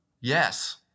Yes